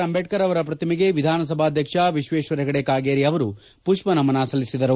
ಅಂಬೇಡ್ಕರ್ ಅವರ ಪ್ರಟಿಮೆಗೆ ವಿಧಾನಸಭಾಧ್ಯಕ್ಷ ವಿಶ್ವೇಶ್ವರ ಹೆಗಡೆ ಕಾಗೇರಿ ಅವರು ಪುಷ್ಪನಮನ ಸಲ್ಲಿಸಿದರು